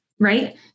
right